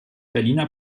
berliner